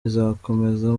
izakomeza